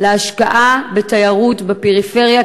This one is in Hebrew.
השקעה בתיירות בפריפריה,